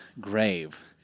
grave